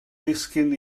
ddisgyn